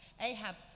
Ahab